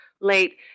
late